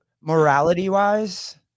morality-wise